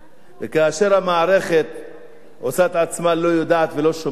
וכאשר המערכת עושה את עצמה לא יודעת ולא שומעת,